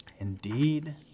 Indeed